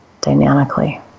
dynamically